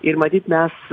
ir matyt mes